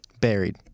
buried